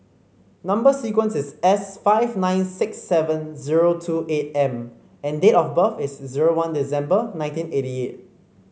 number sequence is S five nine six seven zero two eight M and date of birth is zero one December nineteen eighty eight